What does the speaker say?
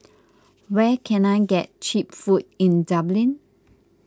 where can I get Cheap Food in Dublin